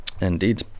Indeed